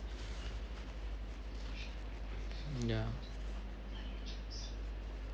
ya